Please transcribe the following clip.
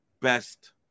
best